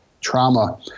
trauma